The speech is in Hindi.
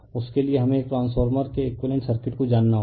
उसके लिए हमें एक ट्रांसफॉर्मर के एकुइवेलेंट सर्किट को जानना होगा